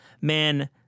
Man